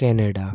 Canada